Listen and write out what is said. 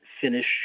finish –